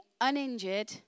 uninjured